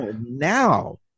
now